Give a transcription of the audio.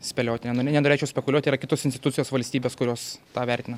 spėlioti aname nenorėčiau spekuliuoti yra kitos institucijos valstybės kurios tą vertina